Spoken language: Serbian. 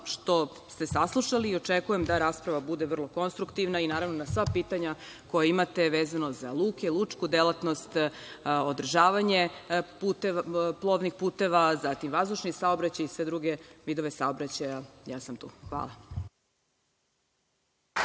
što ste saslušali i očekujem da rasprava bude vrlo konstruktivna i, naravno, na sva pitanja koja imate vezano za luke, lučku delatnost, održavanje plovnih puteva, zatim vazdušni saobraćaj i sve druge vidove saobraćaja, tu sam. Hvala.